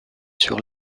sur